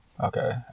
Okay